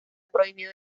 prohibido